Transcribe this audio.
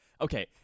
okay